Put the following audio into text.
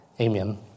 Amen